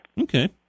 okay